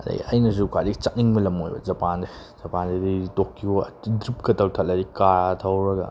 ꯑꯗꯒꯤ ꯑꯩꯅꯁꯨ ꯈ꯭ꯋꯥꯏꯗꯒꯤ ꯆꯠꯅꯤꯡꯕ ꯂꯝ ꯑꯣꯏꯕ ꯖꯄꯥꯟꯁꯦ ꯖꯄꯥꯟꯁꯤꯗꯤ ꯇꯣꯀꯤꯌꯣ ꯍꯦꯛꯇ ꯗ꯭ꯔꯤꯐꯀ ꯇꯧꯊꯠꯂꯗꯤ ꯀꯥꯔ ꯊꯧꯔꯒ